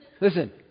listen